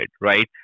right